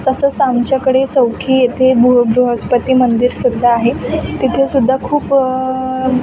तसंच आमच्याकडे चौकी येथे भूल बृहस्पती मंदिर सुद्धा आहे तिथे सुद्धा खूप